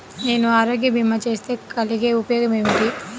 నేను ఆరోగ్య భీమా చేస్తే కలిగే ఉపయోగమేమిటీ?